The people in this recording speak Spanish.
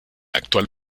actual